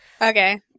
Okay